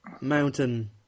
mountain